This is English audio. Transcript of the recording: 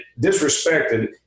disrespected